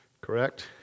Correct